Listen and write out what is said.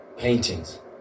Paintings